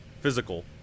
physical